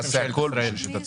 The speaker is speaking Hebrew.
אנחנו נעשה הכול בשביל שתצליחו.